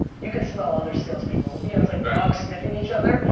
you can smell other salespeople. you know it's like dogs sniffing each other.